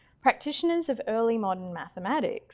practitioners of early modern mathematics